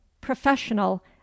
professional